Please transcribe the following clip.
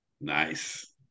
Nice